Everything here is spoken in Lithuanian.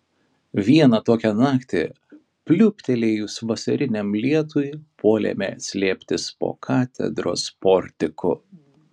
vieną tokią naktį pliūptelėjus vasariniam lietui puolėme slėptis po katedros portiku